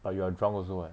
but you are drunk also [what]